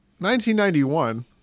1991